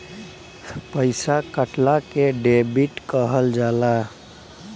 पइसा कटला के डेबिट कहल जाला